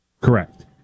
Correct